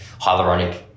hyaluronic